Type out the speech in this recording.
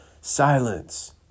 silence